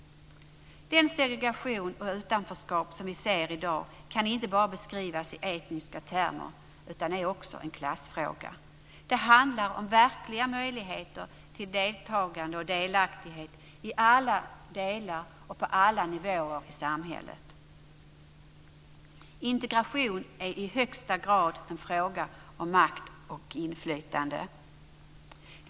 Den segregation och det utanförskap vi ser i dag kan inte bara beskrivas i etniska termer utan är också en klassfråga. Det handlar om verkliga möjligheter till deltagande och delaktighet i alla delar och på alla nivåer i samhället. Integration är i högsta grad en fråga om makt och inflytande.